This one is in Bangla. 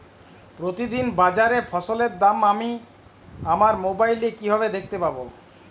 প্রতিদিন বাজারে ফসলের দাম আমি আমার মোবাইলে কিভাবে দেখতে পাব?